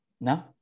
No